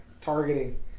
Targeting